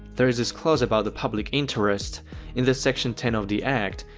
there's this clause about the public interest in the section ten of the act,